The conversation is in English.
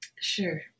Sure